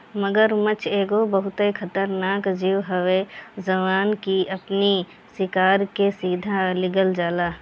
मगरमच्छ एगो बहुते खतरनाक जीव हवे जवन की अपनी शिकार के सीधा निगल जाला